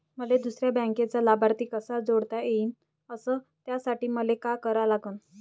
मले दुसऱ्या बँकेचा लाभार्थी कसा जोडता येईन, अस त्यासाठी मले का करा लागन?